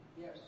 Yes